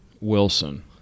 Wilson